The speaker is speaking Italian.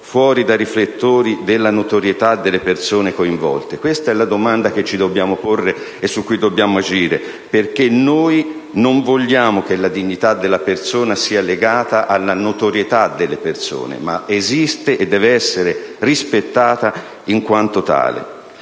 fuori dai riflettori della notorietà delle persone coinvolte? Questa è la domanda che ci dobbiamo porre e su cui dobbiamo agire, perché noi non vogliamo che la dignità della persona sia legata alla notorietà delle persone. Questa dignità esiste e deve essere rispettata in quanto tale.